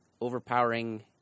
overpowering